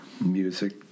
music